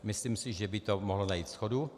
Myslím, že by to mohlo najít shodu.